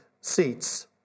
seats